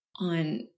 on